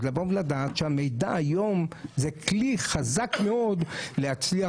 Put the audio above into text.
אז צריך לדעת שהמידע היום זה כלי חזק מאוד להצלת